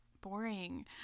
boring